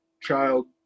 child